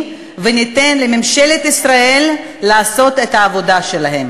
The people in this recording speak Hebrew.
וניתן לממשלת ישראל לעשות את העבודה שלה.